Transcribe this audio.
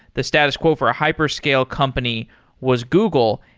the status quo for a hyper-scale company was google,